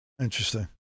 Interesting